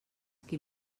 qui